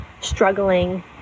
struggling